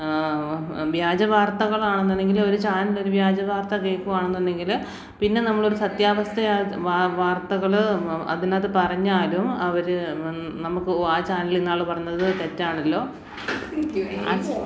വ്യാജ വാർത്തകളാണെന്നുണ്ടെങ്കിലൊരു ചാനലിലൊരു വ്യാജ വാർത്ത കേള്ക്കുകയാണെന്നുണ്ടെങ്കില് പിന്നെ നമ്മളൊരു സത്യാവസ്ഥ വാർത്തകള് അതിനകത്ത് പറഞ്ഞാലും അവര് നമുക്ക് ആ ചാനല് ഇന്നാള് പറഞ്ഞത് തെറ്റാണല്ലോ